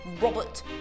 Robert